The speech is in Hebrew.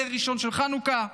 נר ראשון של חנוכה.